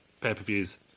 pay-per-views